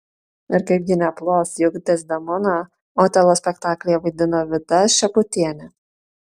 ir kaipgi neplos juk dezdemoną otelo spektaklyje vaidino vida šeputienė